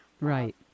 right